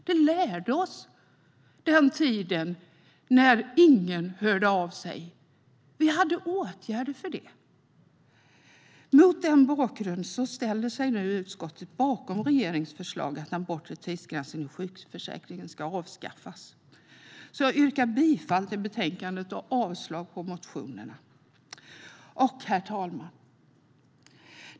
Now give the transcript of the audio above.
Det lärde oss den tid då ingen hörde av sig. Vi hade åtgärder för detta. Mot denna bakgrund ställer sig nu utskottet bakom regeringens förslag att den bortre tidsgränsen i sjukförsäkringen ska avskaffas. Jag yrkar bifall till förslaget i betänkandet och avslag på motionerna. Herr talman!